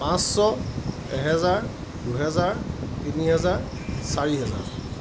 পাঁচশ এহেজাৰ দুহেজাৰ তিনিহেজাৰ চাৰিহেজাৰ